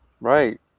Right